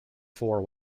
four